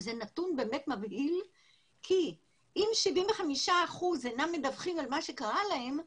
אבל זה נתון באמת מבהיל כי אם 75% אינם מדווחים על מה שקרה להם,